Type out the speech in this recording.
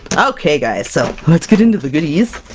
okay guys, so let's get into the goodies!